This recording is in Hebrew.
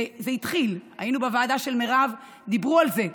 זה התחיל, היינו בוועדה של מירב, דיברו על זה,